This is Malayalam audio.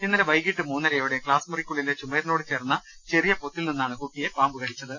ഇന്നലെ വൈകിട്ട് മൂന്നരയോടെ ക്ലാസ് മുറിക്കുള്ളിലെ ചുമരിനോട് ചേർന്ന ചെറിയ പൊത്തിൽ നിന്നാണ് കുട്ടിയെ പാമ്പു കടിച്ചത്